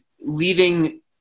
leaving